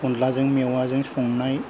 अनलाजों मेवाजों संनाय